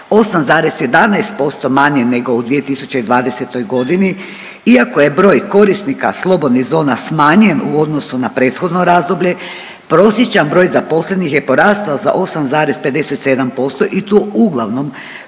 8,11% manje nego u 2020. godini iako je broj korisnika slobodnih zona smanjen u odnosu na prethodno razdoblje prosječan broj zaposlenih je porastao za 8,57% i to uglavnom